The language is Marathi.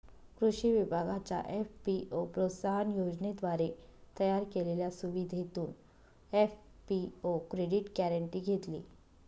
कृषी विभागाच्या एफ.पी.ओ प्रोत्साहन योजनेद्वारे तयार केलेल्या सुविधेतून एफ.पी.ओ क्रेडिट गॅरेंटी घेतली